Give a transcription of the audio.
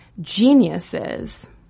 geniuses